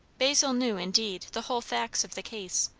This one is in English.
basil knew, indeed, the whole facts of the case,